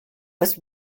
was